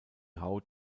haut